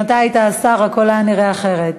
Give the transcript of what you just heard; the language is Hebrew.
אם אתה היית השר הכול היה נראה אחרת.